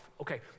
Okay